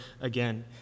again